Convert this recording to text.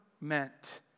meant